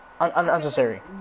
unnecessary